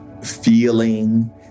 feeling